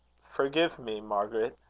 forgive me, margaret,